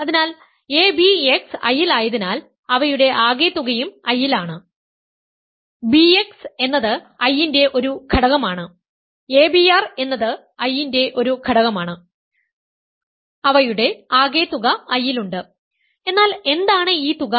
അതിനാൽ abx I ലായതിനാൽ അവയുടെ ആകെത്തുകയും I ലാണ് bx എന്നത് I ന്റെ ഒരു ഘടകം ആണ് abr എന്നത് I ന്റെ ഒരു ഘടകമാണ് അവയുടെ ആകെത്തുക I യിലുണ്ട് എന്നാൽ എന്താണ് ഈ തുക